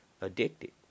addicted